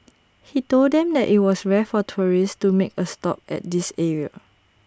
he told them that IT was rare for tourists to make A stop at this area